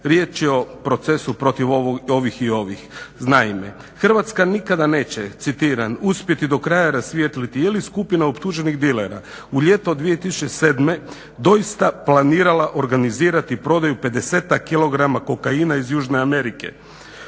Riječ je o procesu protiv ovih i ovih. Naime, Hrvatska nikada neće citiram uspjeti do kraja rasvijetliti je li skupina optuženih dilera u ljeto 2007. doista planirala organizirati prodaju 50-tak kilograma kokaina iz Južne Amerike.